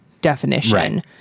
definition